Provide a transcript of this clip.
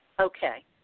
Okay